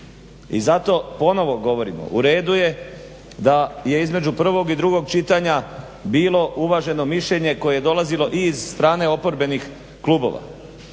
i zato ponovo govorimo. U redu je da je između prvog i drugog čitanja bilo uvaženo mišljenje koje je dolazilo iz strane oporbenih klubova,